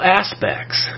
aspects